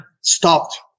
stopped